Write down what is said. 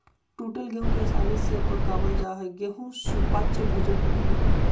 टूटल गेहूं के आसानी से पकवल जा हई गेहू सुपाच्य भोजन होवई हई